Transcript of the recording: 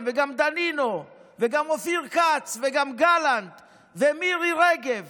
וגם דנינו וגם אופיר כץ וגם גלנט ומירי רגב